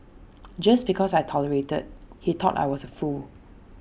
just because I tolerated he thought I was A fool